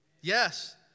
Yes